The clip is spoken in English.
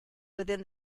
within